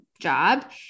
job